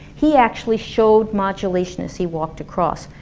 he actually showed modulation as he walked across.